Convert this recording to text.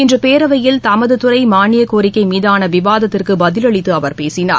இன்று பேரவையில் தமது துறை மாளியக்கோரிக்கை மீதான விவாதத்திற்கு பதிலளித்து அவர் பேசினார்